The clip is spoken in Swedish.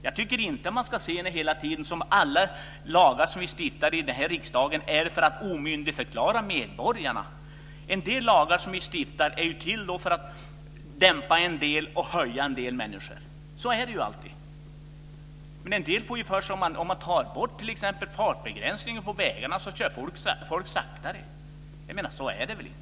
Jag tycker inte man hela tiden ska se det som att alla lagar som vi stiftar i riksdagen är för att omyndigförklara medborgarna. En del lagar som vi stiftar är till för att dämpa en del människor och höja en del människor. Så är det alltid. Men en del får för sig att om man tar bort t.ex. fartbegränsningen på vägarna så kör folk långsammare. Så är det väl inte?